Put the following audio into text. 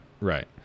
Right